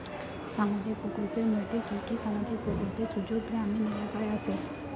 সামাজিক প্রকল্পের মধ্যে কি কি সামাজিক প্রকল্পের সুযোগ গ্রামীণ এলাকায় আসে?